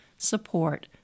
support